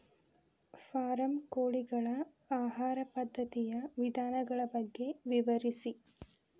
form ಕೋಳಿಗಳ ಆಹಾರ ಪದ್ಧತಿಯ ವಿಧಾನಗಳ ಬಗ್ಗೆ ವಿವರಿಸಿ